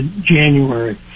January